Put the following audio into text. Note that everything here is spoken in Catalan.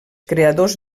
creadors